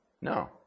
No